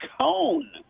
cone